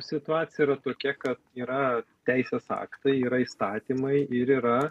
situacija yra tokia kad yra teisės aktai yra įstatymai ir yra